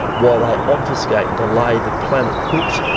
while they obfuscate and delay, the planet cooks.